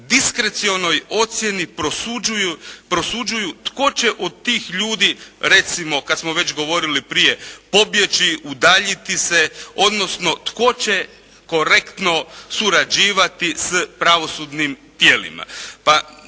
diskrecionoj odluci prosuđuju tko će od tih ljudi recimo kad smo već govorili prije pobjeći, udaljiti se odnosno tko će korektno surađivati sa pravosudnim tijelima.